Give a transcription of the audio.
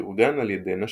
שאורגן על ידי נשים.